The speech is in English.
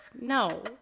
no